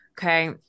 Okay